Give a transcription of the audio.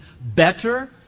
better